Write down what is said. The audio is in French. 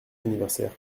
anniversaire